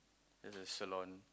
there's a salon